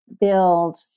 build